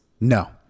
No